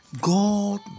God